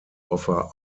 offer